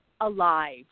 alive